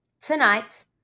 Tonight